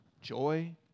joy